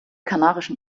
kanarischen